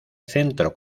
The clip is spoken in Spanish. centro